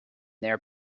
their